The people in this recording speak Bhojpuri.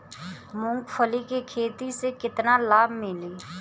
मूँगफली के खेती से केतना लाभ मिली?